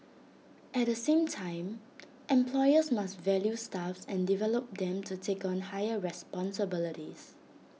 at the same time employers must value staff and develop them to take on higher responsibilities